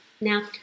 Now